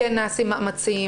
כן נעשים מאמצים,